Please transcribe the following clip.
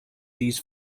these